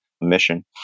mission